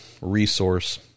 resource